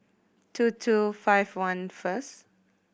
two two five one first